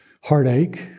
heartache